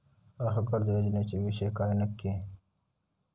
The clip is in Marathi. ग्राहक कर्ज योजनेचो विषय काय नक्की?